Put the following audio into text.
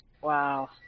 wow